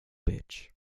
pitch